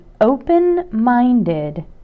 Open-minded